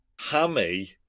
Hammy